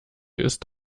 ist